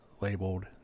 labeled